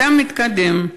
המדע מתקדם,